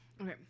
Okay